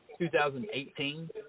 2018